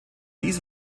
dies